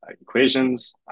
equations